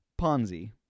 Ponzi